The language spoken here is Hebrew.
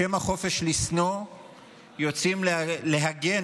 בשם החופש לשנוא יוצאים להגן,